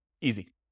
Easy